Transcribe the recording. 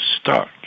stuck